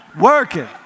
Working